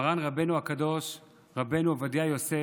מרן רבנו הקדוש רבנו עובדיה יוסף,